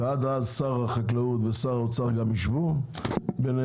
ועד אז שר החקלאות ושר האוצר יישבו ביניהם,